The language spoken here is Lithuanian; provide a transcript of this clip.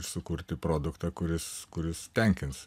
sukurti produktą kuris kuris tenkins